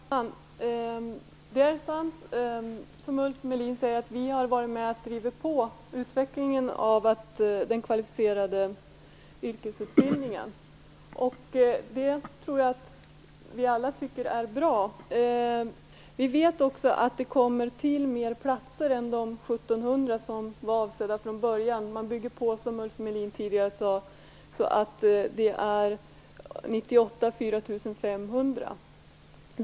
Herr talman! Det är sant, som Ulf Melin säger, att vi har varit med om att driva på utvecklingen av den kvalificerade yrkesutbildningen. Jag tror att vi alla tycker att det är bra. Vi vet också att det kommer till fler platser än de 1 700 som var avsedda från början. Man bygger på, som Ulf Melin tidigare sade, så att det blir 4 500 platser 1998.